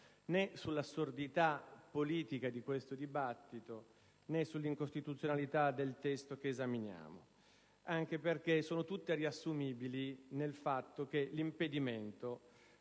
né sull'assurdità politica di questo dibattito né sulla incostituzionalità del testo che esaminiamo, anche perché sono tutte riassumibili nel fatto che l'impedimento,